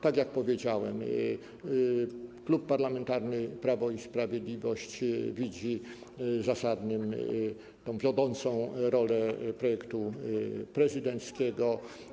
Tak jak powiedziałem, Klub Parlamentarny Prawo i Sprawiedliwość widzi zasadność, wiodącą rolę projektu prezydenckiego.